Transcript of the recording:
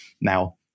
now